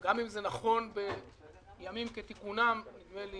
גם אם זה נכון בימים כתיקונם, נדמה לי